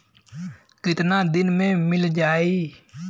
कितना दिन में मील जाई?